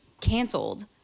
canceled